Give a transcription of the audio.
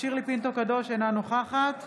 שירלי פינטו קדוש, אינה נוכחת